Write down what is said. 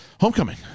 Homecoming